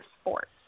sports